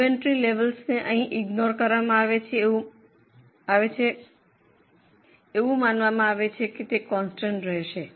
inventory લેવેલ્સને અહીં ignore કરવામાં આવે છે એવું માનવામાં આવે છે કે તે કોન્સ્ટન્ટ રહેશે